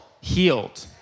healed